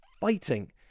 fighting